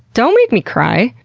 don't make me cry.